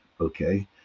okay